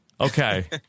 Okay